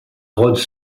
rhodes